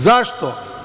Zašto?